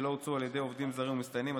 זכאות לתגמולים ולפיצויים לפי חוק אחר),